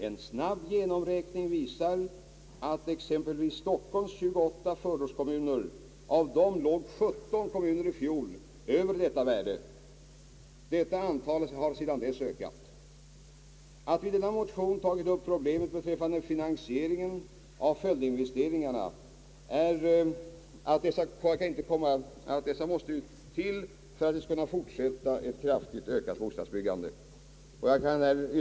En snabb genomräkning visar att av exempelvis Stockholms 28 förortskommuner låg 17 kommuner i fjol över detta värde, och antalet har sedan dess ökat. Att vi i denna motion tagit upp problemet beträffande finansieringen av följdinvesteringarna är att vi inte kommer ifrån dessa, om vi vill fortsätta ett kraftigt ökat bostadsbyggande.